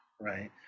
right